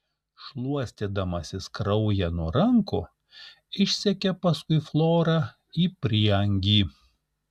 šluostydamasis kraują nuo rankų išsekė paskui florą į prieangį